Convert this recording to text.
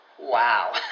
wow